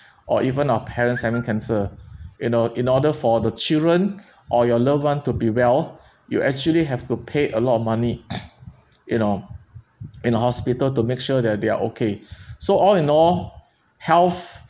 or even our parents having cancer you know in order for the children or your loved one to be well you actually have to pay a lot of money you know in hospital to make sure that they're okay so all in all health